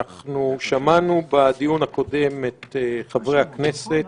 שמענו בדיון הקודם את חברי הכנסת